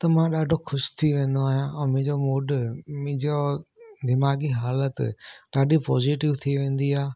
त मां ॾाढो ख़ुशि थी वेंदो आहियां ऐं मुंहिंजो मूड मुंहिंजो दिमाग़ी हालति ॾाढी पॉज़िटिव थी वेंदी आहे